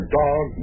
dog